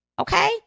Okay